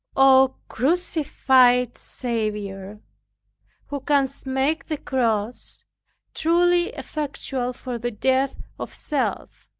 o crucified saviour, who canst make the cross truly effectual for the death of self.